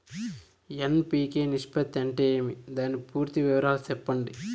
NPK నిష్పత్తి అంటే ఏమి దాని పూర్తి వివరాలు సెప్పండి?